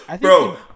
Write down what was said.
Bro